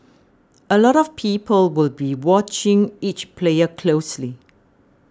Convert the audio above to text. a lot of people will be watching each player closely